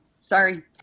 Sorry